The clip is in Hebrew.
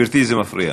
נמצאת,